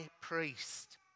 priest